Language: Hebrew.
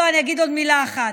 לא, אני אגיד עוד מילה אחת.